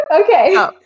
Okay